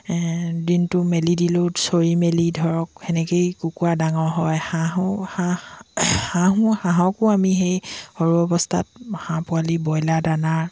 দিনটো মেলি দিলেও চৰি মেলি ধৰক তেনেকেই কুকুৰা ডাঙৰ হয় হাঁহো হাঁহ হাঁহো হাঁহকো আমি সেই সৰু অৱস্থাত হাঁহ পোৱালি ব্ৰইলাৰ দানা